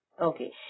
Okay